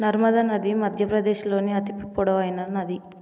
నర్మదా నది మధ్యప్రదేశ్లోని అతి పొడవైన నది